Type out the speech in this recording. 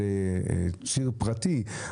על ציר פרטי,